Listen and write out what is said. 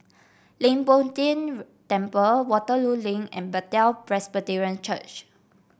Leng Poh Tian Temple Waterloo Link and Bethel Presbyterian Church